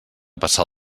passar